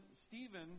Stephen